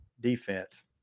defense